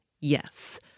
Yes